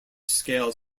scale